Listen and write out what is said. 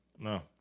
No